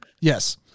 Yes